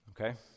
Okay